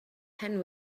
hen